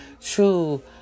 True